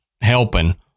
helping